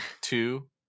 two